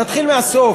נתחיל מהסוף,